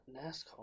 NASCAR